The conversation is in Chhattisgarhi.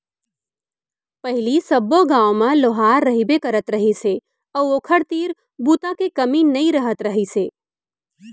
पहिली सब्बो गाँव म लोहार रहिबे करत रहिस हे अउ ओखर तीर बूता के कमी नइ रहत रहिस हे